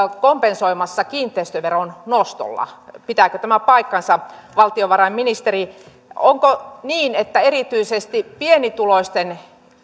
kompensoimassa kiinteistöveron nostolla pitääkö tämä paikkansa valtiovarainministeri onko niin että erityisesti pienituloisten